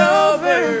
over